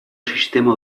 sistema